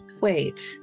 Wait